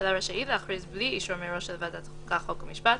הממשלה רשאית להכריז בלי אישור מראש של ועדת החוקה חוק ומשפט,